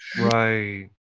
Right